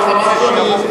אני אמרתי לך משהו?